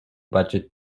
budget